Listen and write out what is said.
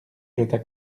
jeta